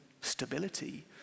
stability